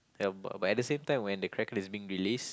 but but at the same time when the Kraken is being released